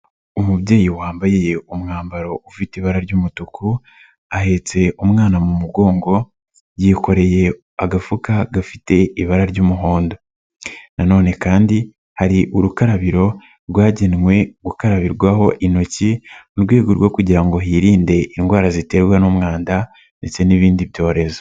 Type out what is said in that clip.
Umubyeyi wambaye umwambaro ufite ibara ry'umutuku, ahetse umwana mu mugongo, yikoreye agafuka gafite ibara ry'umuhondo, nanone kandi hari urukarabiro rwagenwe gukarabirwaho intoki, mu rwego rwo kugira ngo hirindwe indwara ziterwa n'umwanda ndetse n'ibindi byorezo.